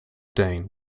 dane